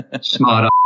Smart